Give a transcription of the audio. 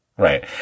Right